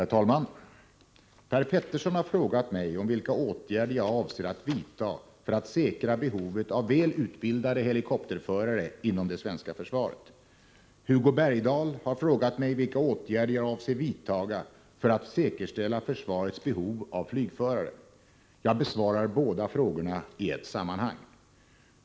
Herr talman! Per Petersson har frågat mig vilka åtgärder jag avser att vidta för att säkra behovet av väl utbildade helikopterförare inom det svenska försvaret. Hugo Bergdahl har frågat mig vilka åtgärder jag avser att vidta för att säkerställa försvarets behov av flygförare. Jag besvarar båda frågorna i ett sammanhang.